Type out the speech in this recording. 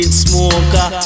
smoker